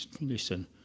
Listen